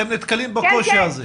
אתם נתקלים בקושי הזה.